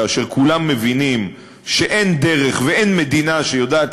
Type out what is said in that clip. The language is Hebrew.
כאשר כולם מבינים שאין דרך ואין מדינה שיודעת